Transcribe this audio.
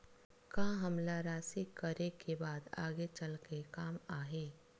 का हमला राशि करे के बाद आगे चल के काम आही?